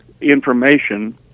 information